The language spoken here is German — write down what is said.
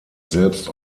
selbst